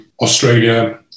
Australia